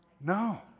No